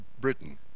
Britain